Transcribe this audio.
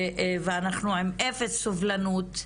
ואנחנו עם אפס סובלנות,